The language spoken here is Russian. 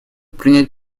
принять